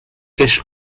cash